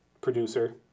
Producer